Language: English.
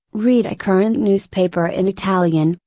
read a current newspaper in italian,